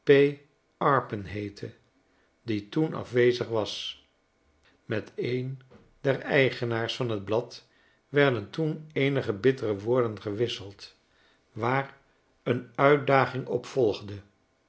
arpin heette die toen afwezig was met eendereigenaars van t blad werden toen eenige bittere woorden gewisseld waar een uitdaging op volgde